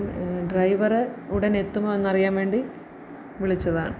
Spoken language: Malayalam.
ഡ്രൈവറ് ഉടനെ എത്തുമോ എന്ന് അറിയാൻ വേണ്ടി വിളിച്ചതാണ്